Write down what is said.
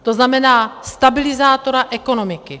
To znamená stabilizátora ekonomiky.